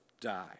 die